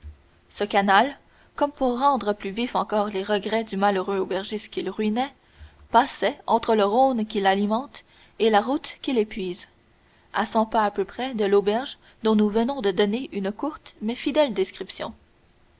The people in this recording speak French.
ce canal comme pour rendre plus vifs encore les regrets du malheureux aubergiste qu'il ruinait passait entre le rhône qui l'alimente et la route qu'il épuise à cent pas à peu près de l'auberge dont nous venons de donner une courte mais fidèle description